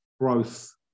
growth